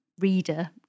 reader